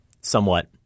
somewhat